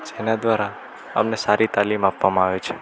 જેના દ્વારા અમને સારી તાલીમ આપવામાં આવે છે